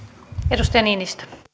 arvoisa